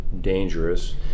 dangerous